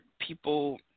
people